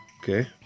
Okay